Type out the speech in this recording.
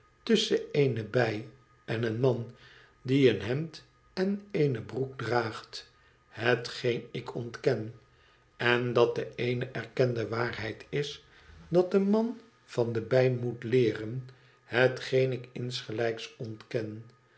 bij en een man die een hemd en eene broek draagt hetgeen ik ontken en dat het eene erkende waarheid is dat de man van de bij moet leeren hetgeen ik insgelijks ontken